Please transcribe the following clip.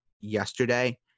yesterday